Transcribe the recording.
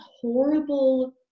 horrible